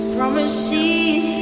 Promises